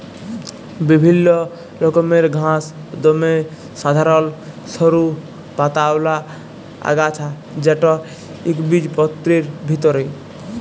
বিভিল্ল্য রকমের ঘাঁস দমে সাধারল সরু পাতাআওলা আগাছা যেট ইকবিজপত্রের ভিতরে